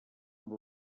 amb